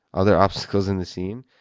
other obstacles in the scene,